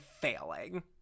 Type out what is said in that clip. failing